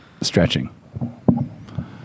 stretching